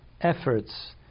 efforts